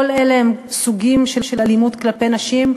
כל אלה הם סוגים של אלימות כלפי נשים,